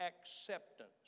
acceptance